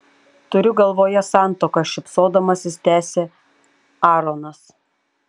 turiu galvoje santuoką šypsodamasis tęsia aaronas